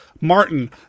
Martin